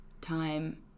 time